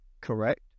correct